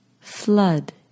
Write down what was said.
flood